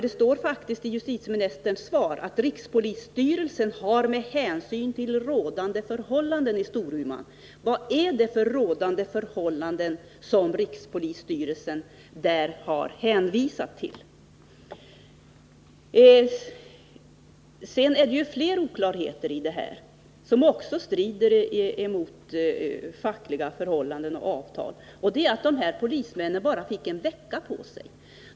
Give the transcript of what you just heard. Det står faktiskt i justitieministerns svar: ”Rikspolisstyrelsen har med hänsyn till rådande förhållanden i Storumans polisdistrikt —--". Jag skulle vilja fråga: Vad är det för ”rådande förhållanden” där som rikspolisstyrelsen har hänvisat till? Det finns flera oklarheter, som också strider mot fackliga förhållanden och avtal. Polismännen har bara fått en vecka på sig.